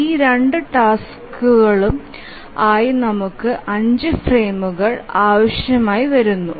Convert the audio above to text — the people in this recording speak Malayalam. ഈ 2 ടാസ്കുകൾക്കും ആയി നമുക്ക് അഞ്ച് ഫ്രെയിമുകൾ ആവശ്യമാണ്